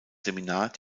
seminar